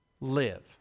live